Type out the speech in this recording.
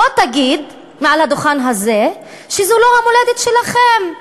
בוא תגיד מעל הדוכן הזה: זו לא המולדת שלכם.